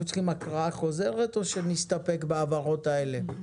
אנחנו צריכים לקרוא שוב את הנוסח או שנסתפק בהבהרות האלה?